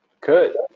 Good